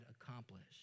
accomplished